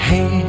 Hey